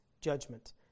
judgment